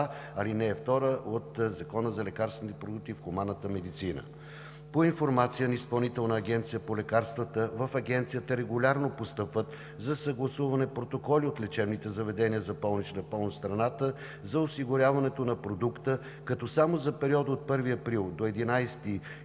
ал. 2 от Закона за лекарствените продукти в хуманната медицина. По информация на Изпълнителната агенция по лекарствата в Агенцията регулярно постъпват за съгласуване протоколи от лечебните заведения за болнична помощ в страната за осигуряването на продукта, като само за периода от 1 април до 11 юни